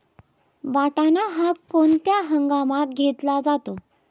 वाटाणा हा कोणत्या हंगामात घेतला जातो?